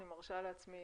אני מרשה לעצמי